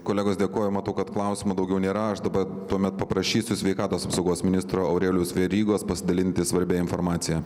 kolegos dėkoja matau kad klausimų daugiau nėra aš daba tuomet paprašysiu sveikatos apsaugos ministro aurelijaus verygos pasidalinti svarbia informacija